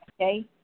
Okay